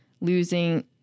losing